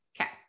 Okay